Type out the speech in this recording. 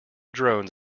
drones